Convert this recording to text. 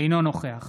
אינו נוכח